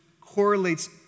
correlates